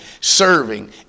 serving